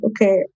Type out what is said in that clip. okay